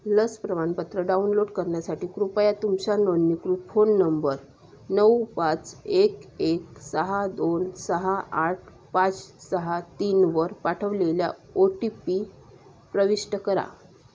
लस प्रमाणपत्र डाउनलोड करण्यासाठी कृपया तुमच्या नोंदणीकृत फोन नंबर नऊ पाच एक एक सहा दोन सहा आठ पाच सहा तीन वर पाठवलेल्या ओ टी पी प्रविष्ट करा